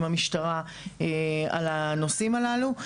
עם המשטרה על הנושאים הללו.